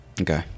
okay